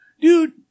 Dude